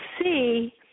see